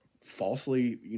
falsely